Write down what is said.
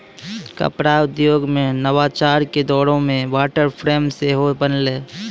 कपड़ा उद्योगो मे नवाचार के दौरो मे वाटर फ्रेम सेहो बनलै